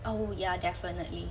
oh ya definitely